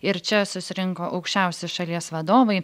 ir čia susirinko aukščiausi šalies vadovai